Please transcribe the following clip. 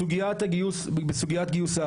בסוגית גיוס הערבים